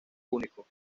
único